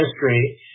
history